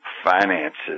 Finances